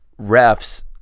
refs